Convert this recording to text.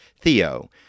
Theo